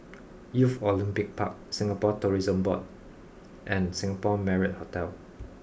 Youth Olympic Park Singapore Tourism Board and Singapore Marriott Hotel